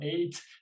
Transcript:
eight